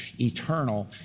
eternal